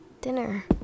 dinner